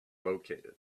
located